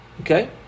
Okay